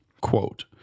Quote